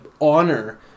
honor